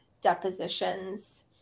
depositions